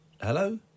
Hello